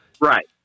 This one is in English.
Right